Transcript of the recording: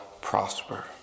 prosper